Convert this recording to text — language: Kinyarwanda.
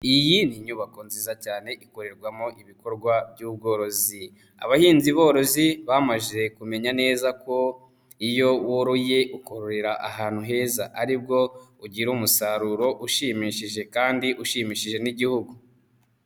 Iyi ni nyubako nziza cyane ikorerwamo ibikorwa by'ubworozi, abahinzi borozi bamaze kumenya neza ko iyo woroye ukororera ahantu heza ari bwo ugira umusaruro ushimishije kandi ushimishije n'Igihugu.